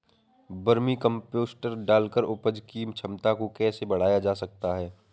Vermi compost डालकर उपज की क्षमता को कैसे बढ़ाया जा सकता है?